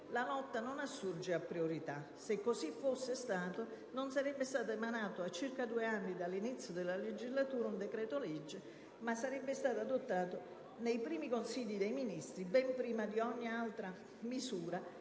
la lotta non assurge a priorità. Se così fosse stato, non sarebbe stato emanato a circa due anni dall'inizio della legislatura un decreto-legge, ma sarebbe stato adottato nei primi Consigli dei ministri, ben prima di ogni altra misura